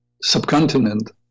subcontinent